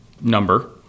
number